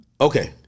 Okay